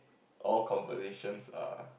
all conversations are